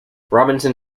robinson